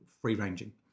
free-ranging